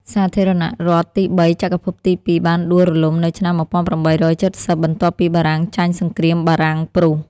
សាធារណរដ្ឋទីបីចក្រភពទីពីរបានដួលរលំនៅឆ្នាំ ១៨៧០ បន្ទាប់ពីបារាំងចាញ់សង្គ្រាមបារាំង ព្រុស ។